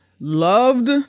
loved